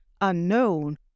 unknown